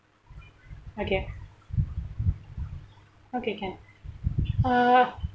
okay okay can uh